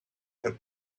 had